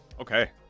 Okay